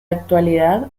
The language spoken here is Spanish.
actualidad